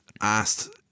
asked